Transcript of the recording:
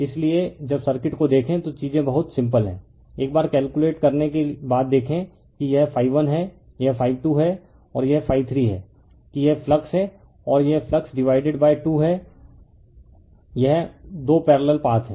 इसलिए जब सर्किट को देखें तो चीजें बहुत सिंपल हैं एक बार कैलकुलेट करने के बाद देखें कि यह ∅1 है यह ∅2 है और यह ∅3है की यह फ्लक्स है और यह फ्लक्स डिवाइडेड 2 है यह 2 पैरेलल पाथ हैं